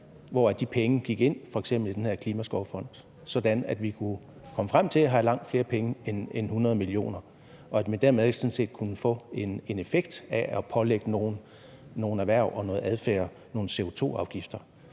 hvor de penge gik ind f.eks. i den her Klimaskovfond, sådan at vi kunne komme frem til at have langt flere penge end 100 mio. kr., og at man dermed sådan set kunne få en effekt af at pålægge nogle erhverv og noget adfærd nogle CO2-afgifter.